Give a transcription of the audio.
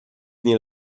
nie